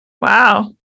Wow